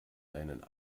deinen